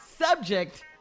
subject